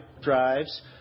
Drives